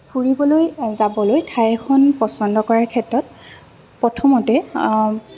ফুৰিবলৈ যাবলৈ ঠাইখন পচন্দ কৰাৰ ক্ষেত্ৰত প্ৰথমতে